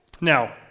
Now